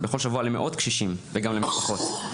בכל שבוע למאות קשישים וגם למשפחות,